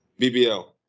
BBL